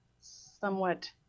somewhat